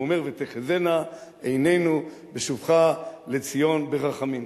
הוא אומר: "ותחזינה עינינו בשובך לציון ברחמים".